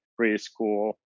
preschool